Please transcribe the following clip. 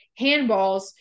handballs